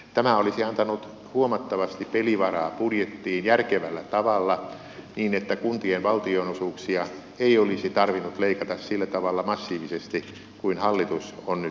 tämä olisi antanut huomattavasti pelivaraa budjettiin järkevällä tavalla niin että kuntien valtionosuuksia ei olisi tarvinnut leikata sillä tavalla massiivisesti kuin hallitus on nyt tekemässä